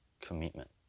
commitment